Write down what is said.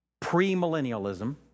Premillennialism